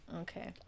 Okay